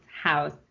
house